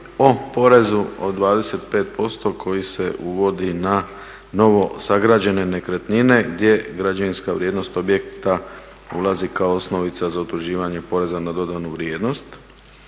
o porezu od 25% koji se uvodi na novosagrađene nekretnine gdje građevinska vrijednost objekta ulazi kao osnovica za utvrđivanje poreza na dodanu vrijednost.